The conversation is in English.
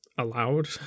allowed